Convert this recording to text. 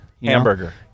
hamburger